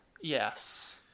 Yes